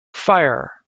fire